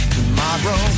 Tomorrow